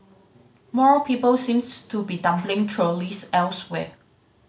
more people seems to be dumping trolleys elsewhere